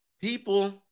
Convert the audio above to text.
people